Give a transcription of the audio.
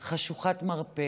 חשוכת מרפא.